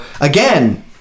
again